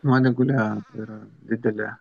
nuodėgulė yra didelė